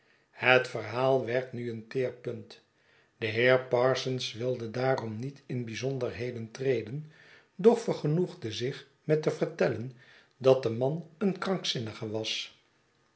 het verhaal werd nu een teer punt de heer parsons wilde daarom niet in bijzonderheden treden doch vergenoegde zich met te vertellen dat de man een krankzinnige was